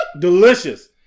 Delicious